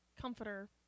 comforter